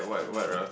yea